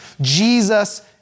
Jesus